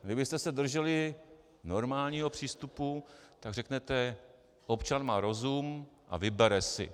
Kdybyste se drželi normálního přístupu, tak řeknete: občan má rozum, vybere si.